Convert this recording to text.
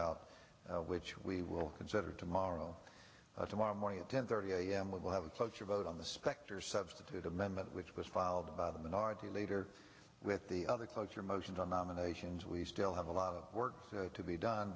out which we will consider tomorrow tomorrow morning at ten thirty a m we will have a cloture vote on the specters substitute amendment which was filed by the minority leader with the other cloture motion on nominations we still have a lot of work to be done